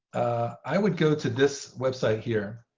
i would go to this website here.